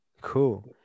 cool